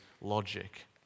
logic